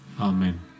Amen